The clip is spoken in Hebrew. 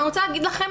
אני רוצה להגיד לכם,